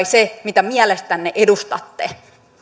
se mitä mielestänne edustatte